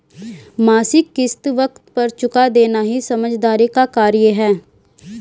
मासिक किश्त वक़्त पर चूका देना ही समझदारी का कार्य है